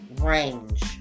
range